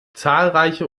zahlreiche